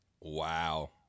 Wow